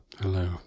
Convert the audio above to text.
Hello